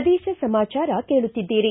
ಪ್ರದೇಶ ಸಮಾಚಾರ ಕೇಳುತ್ತಿದ್ದೀರಿ